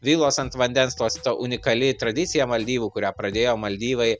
vilos ant vandens tos ta unikali tradicija maldyvų kurią pradėjo maldyvai